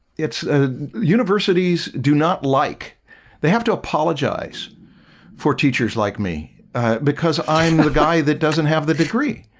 it's universities do not like they have to apologize for teachers like me because i'm the guy that doesn't have the degree